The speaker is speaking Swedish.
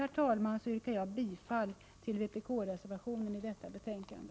Med detta yrkar jag bifall till vpk-reservationen vid detta betänkande.